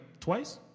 twice